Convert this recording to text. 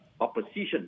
opposition